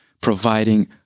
providing